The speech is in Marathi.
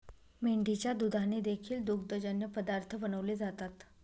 मेंढीच्या दुधाने देखील दुग्धजन्य पदार्थ बनवले जातात